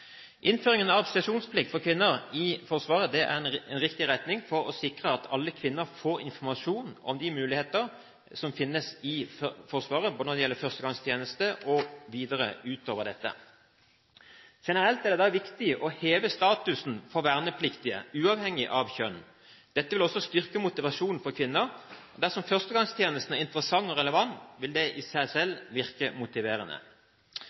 Innføringen av sesjonsplikt for kvinner i Forsvaret er en riktig retning for å sikre at alle kvinner får informasjon om de muligheter som finnes i Forsvaret når det gjelder førstegangstjeneste og videre utover dette. Generelt er det da viktig å heve statusen for vernepliktige uavhengig av kjønn. Dette vil også styrke motivasjonen for kvinner. Dersom førstegangstjenesten er interessant og relevant, vil det i seg selv virke motiverende.